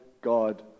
God